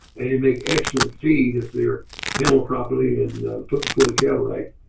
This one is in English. make extra feed if they're handled properly and put to the cattle right.